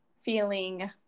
feeling